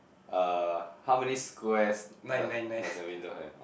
uh how many squares does does the window have